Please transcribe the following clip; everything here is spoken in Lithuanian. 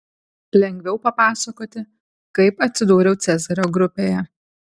lengviau papasakoti kaip atsidūriau cezario grupėje